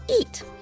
eat